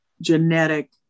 genetic